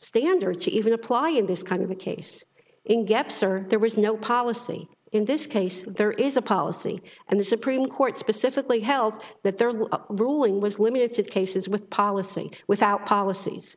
standards even apply in this kind of a case in gaps or there was no policy in this case there is a policy and the supreme court specifically held that their ruling was limited cases with policy without policies